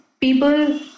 People